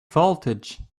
voltage